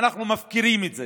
ואנחנו מפקירים את זה.